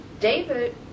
David